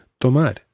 tomar